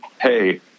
Hey